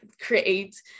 create